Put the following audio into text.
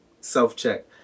self-check